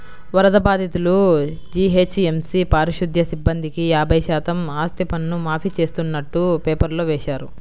వరద బాధితులు, జీహెచ్ఎంసీ పారిశుధ్య సిబ్బందికి యాభై శాతం ఆస్తిపన్ను మాఫీ చేస్తున్నట్టు పేపర్లో వేశారు